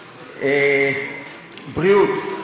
לא, בריאות,